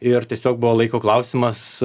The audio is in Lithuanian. ir tiesiog buvo laiko klausimas